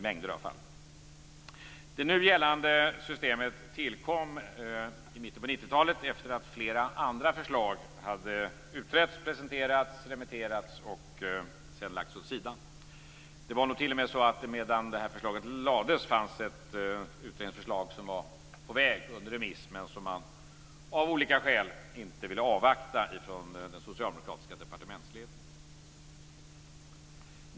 talet efter det att flera andra förslag hade utretts, presenterats, remitterats och sedan lagts åt sidan. Det var nog t.o.m. så att det, medan det här förslaget lades fram, fanns ett utredningsförslag som var på väg ut på remiss, men av olika skäl ville den socialdemokratiska departementsledningen inte avvakta det.